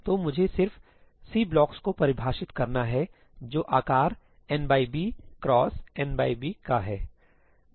तो मुझे सिर्फ 'Cblocks'को परिभाषित करना है जो आकार nb x nb का है